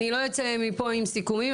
אני לא אצא מפה עם סיכומים,